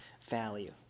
value